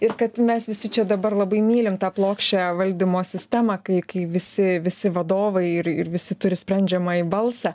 ir kad mes visi čia dabar labai mylim tą plokščią valdymo sistemą kai kai visi visi vadovai ir ir visi turi sprendžiamąjį balsą